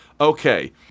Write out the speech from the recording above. Okay